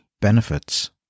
benefits